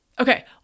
Okay